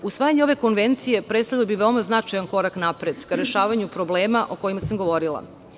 Usvajanje ove konvencije predstavljalo bi veoma značajan korak napred ka rešavanju problema o kojima sam govorila.